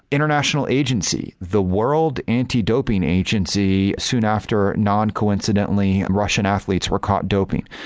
international agency, the world anti-doping agency soon after non-coincidently and russian athletes were caught doping.